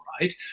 right